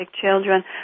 children